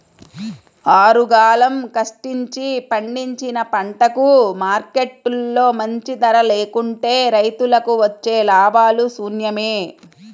ఆరుగాలం కష్టించి పండించిన పంటకు మార్కెట్లో మంచి ధర లేకుంటే రైతులకు వచ్చే లాభాలు శూన్యమే